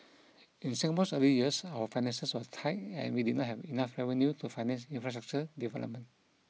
in Singapore's early years our finances were tight and we did not have enough revenue to finance infrastructure development